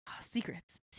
Secrets